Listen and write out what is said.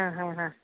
ആ ഹ ഹാ